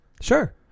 Sure